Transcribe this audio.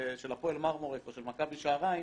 הפועל מרמורק או של מכבי שעריים: